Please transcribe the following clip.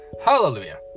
Hallelujah